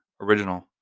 Original